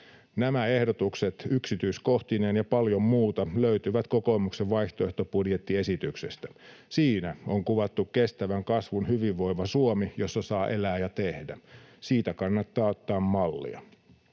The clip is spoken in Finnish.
Nämä ehdotukset yksityiskohtineen ja paljon muuta löytyvät kokoomuksen vaihtoehtobudjettiesityksestä. Siinä on kuvattu kestävän kasvun hyvinvoiva Suomi, jossa saa elää ja tehdä. Siitä kannattaa ottaa mallia.